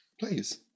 please